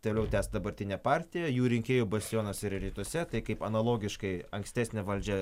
toliau tęs dabartinė partija jų rinkėjų bastionas yra rytuose tai kaip analogiškai ankstesnė valdžia